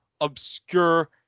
obscure